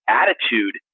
attitude